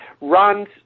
runs